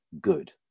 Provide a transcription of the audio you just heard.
good